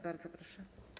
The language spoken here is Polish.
Bardzo proszę.